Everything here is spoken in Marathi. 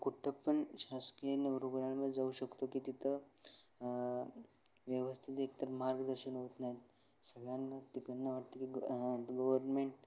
कुठं पण शासकीय न रुग्णाला जाऊ शकतो की तिथं व्यवस्थित एकतर मार्गदर्शन होत नाहीत सगळ्यांना तिकडून वाटतं की गवरमेंट